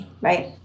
right